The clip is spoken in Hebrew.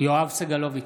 סגלוביץ'